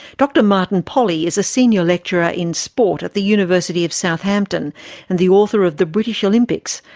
dr martin polley is a senior lecturer in sport at the university of southampton and the author of the british olympics,